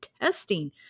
testing